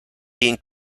being